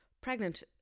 pregnant